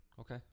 Okay